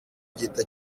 gihita